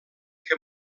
que